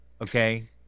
okay